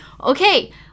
Okay